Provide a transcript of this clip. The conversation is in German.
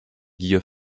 gier